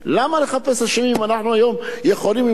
למה לחפש אשמים אם אנחנו היום יכולים למנוע